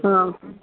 ಹಾಂ ಸರ್